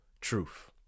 truth